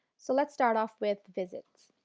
so, let's start off with visits.